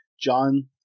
John